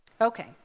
Okay